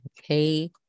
Okay